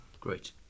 Great